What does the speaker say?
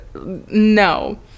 no